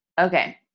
Okay